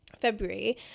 February